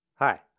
Hi